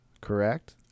correct